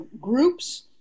groups